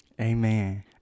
Amen